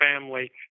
family